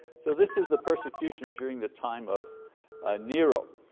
so this is the persecution during the time of nero,